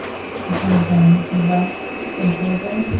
arizona seems like thank you again